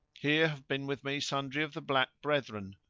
here have been with me sundry of the black brethren,